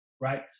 right